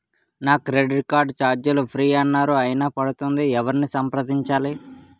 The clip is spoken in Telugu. నా క్రెడిట్ కార్డ్ ఛార్జీలు ఫ్రీ అన్నారు అయినా పడుతుంది ఎవరిని సంప్రదించాలి?